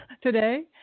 today